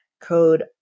code